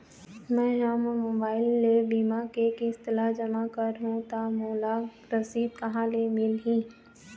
मैं हा मोर मोबाइल ले बीमा के किस्त ला जमा कर हु ता मोला रसीद कहां ले मिल ही?